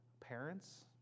parents